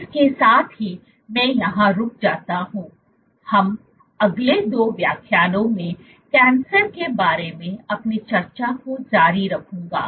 इसके साथ ही मैं यहाँ रुक जाता हूँ हम अगले 2 व्याख्यानों में कैंसर के बारे में अपनी चर्चा को जारी रखूंगा